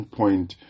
point